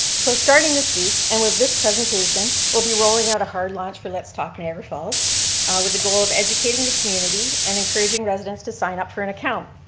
so starting this week and with this presentation we'll be rolling out a hard launch for let's talk niagara falls with a goal of educating the community and encouraging residents to sign up for an account.